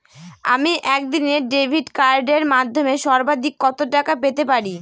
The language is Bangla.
আমি একদিনে ডেবিট কার্ডের মাধ্যমে সর্বাধিক কত টাকা পেতে পারি?